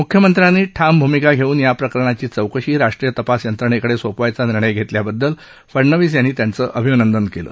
मुख्यमंत्र्यांनी ठाम भूमिका घेऊन या प्रकरणाची चौकशी राष्ट्रीय तपास यंत्रणेकडे सोपवायचा निर्णय घेतल्याबद्दल फडनवीस यांनी त्यांचं अभिनंदन केलं